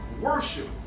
worship